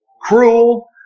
Cruel